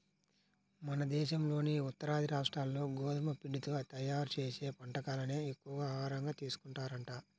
మన దేశంలోని ఉత్తరాది రాష్ట్రాల్లో గోధుమ పిండితో తయ్యారు చేసే వంటకాలనే ఎక్కువగా ఆహారంగా తీసుకుంటారంట